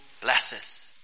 blesses